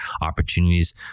opportunities